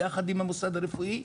יחד עם המוסד הרפואי,